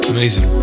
Amazing